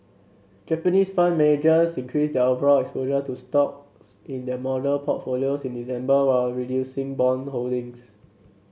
Japanese fund managers increased their overall exposure to stocks in their model portfolios in December while reducing bond holdings